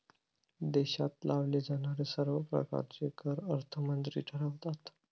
देशात लावले जाणारे सर्व प्रकारचे कर अर्थमंत्री ठरवतात